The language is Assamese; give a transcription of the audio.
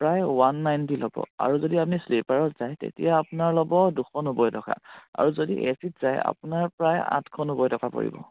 প্ৰায় ওৱান নাইণ্টি ল'ব আৰু যদি আপুনি শ্লিপাৰত যায় তেতিয়া আপোনাৰ ল'ব দুশ নব্বৈ টকা আৰু যদি এচিত যায় আপোনাৰ প্ৰায় আঠশ নব্বৈ টকা পৰিব